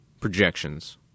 projections